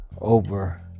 over